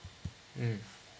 mm